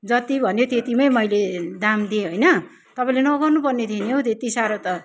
जति भन्यो त्यतिमै मैले दाम दिएँ होइन तपाईँले नगर्नु पर्ने थियो नि हो त्यति साह्रो त